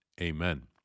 amen